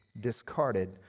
discarded